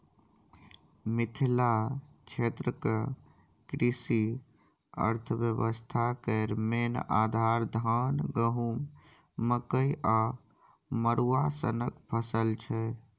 मिथिला क्षेत्रक कृषि अर्थबेबस्था केर मेन आधार, धान, गहुँम, मकइ आ मरुआ सनक फसल छै